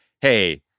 Hey